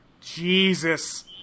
Jesus